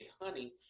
honey